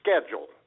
schedule